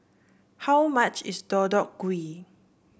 how much is Deodeok Gui